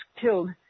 killed